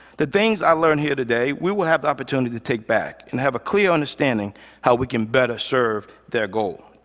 the things i learn here today, we will have the opportunity to take back and have a clear understanding how we can better serve their goal.